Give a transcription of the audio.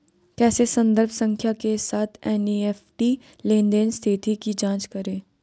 कैसे संदर्भ संख्या के साथ एन.ई.एफ.टी लेनदेन स्थिति की जांच करें?